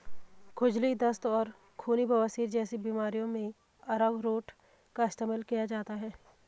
खुजली, दस्त और खूनी बवासीर जैसी बीमारियों में अरारोट का इस्तेमाल किया जाता है